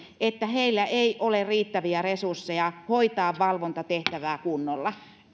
että heillä ei ole riittäviä resursseja hoitaa valvontatehtävää kunnolla